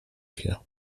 się